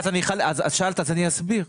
את שאלת ואני אסביר.